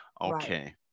Okay